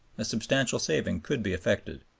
a substantial saving could be effected.